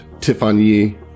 Tiffany